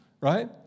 right